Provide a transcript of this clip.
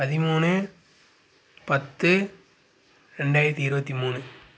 பதிமூணு பத்து ரெண்டாயிரத்தி இருபத்தி மூணு